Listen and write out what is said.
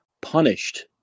punished